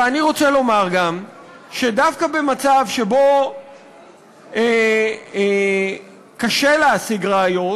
ואני רוצה לומר גם שדווקא במצב שבו קשה להשיג ראיות,